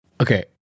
okay